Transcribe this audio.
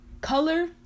color